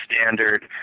standard